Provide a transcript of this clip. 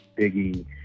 Biggie